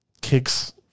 kicks